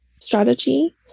strategy